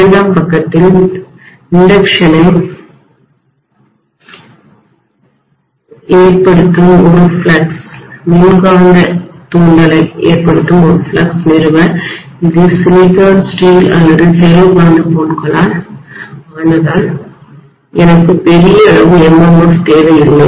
இரண்டாம் பக்கத்தில் மின்காந்த தூண்டலைஇண்டக்ஷனை ஏற்படுத்தும் ஒரு ஃப்ளக்ஸ் நிறுவ இது சிலிக்கான் ஸ்டீல் அல்லது ஃபெரோ காந்தப் பொருட்களால் ஆனதால் எனக்கு பெரிய அளவு MMF தேவையில்லை